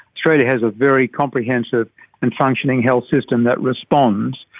australia has a very comprehensive and functioning health system that responds.